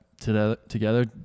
together